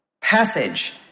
passage